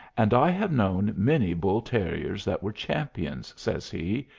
and i have known many bull-terriers that were champions, says he,